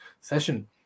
session